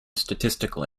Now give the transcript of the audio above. statistical